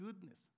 goodness